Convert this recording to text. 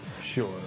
Sure